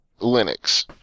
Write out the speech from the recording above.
Linux